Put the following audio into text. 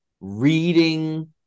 reading